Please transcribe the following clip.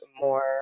more